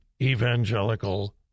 evangelical